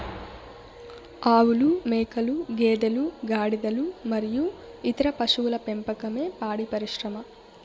ఆవులు, మేకలు, గేదెలు, గాడిదలు మరియు ఇతర పశువుల పెంపకమే పాడి పరిశ్రమ